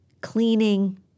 cleaning